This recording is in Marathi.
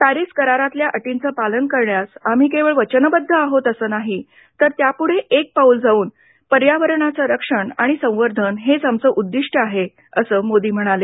पॅरिस करारातल्या अटींचं पालन करण्यास आम्ही केवळ वचनबद्ध आहोत असं नाहे तर त्यापुढे एक पाऊल जाऊन पर्यावरणाचं रक्षण आणि संवर्धन हेच आमचं उद्दिष्ट आहे असं मोदी म्हणाले